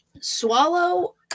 swallow